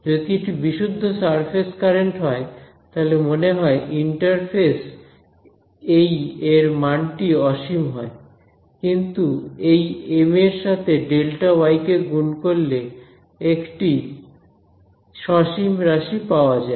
যদি এটি বিশুদ্ধ সারফেস কারেন্ট হয় তাহলে মনে হয় ইন্টারফেস এই এর মানটি অসীম হয় কিন্তু এই এম এর সাথে Δy কে গুন করলে একটি সসীম রাশি পাওয়া যায়